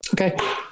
Okay